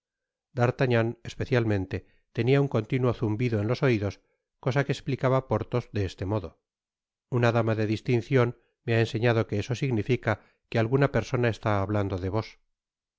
especialmente tenia un continuo zumbido en los oidos cosa que esplicaba porthos de este modo una dama de distincion me ha enseñado que eso significa que alguna persona está hablando de vos por